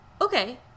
okay